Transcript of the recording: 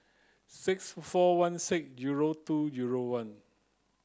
six four one six zero two zero one